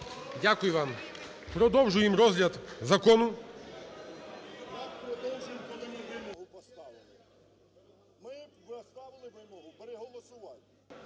Дякую вам. Продовжуємо розгляд закону…